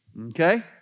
Okay